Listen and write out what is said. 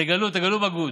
תגלו, תגלו בגרות.